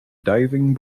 diving